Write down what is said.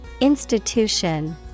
Institution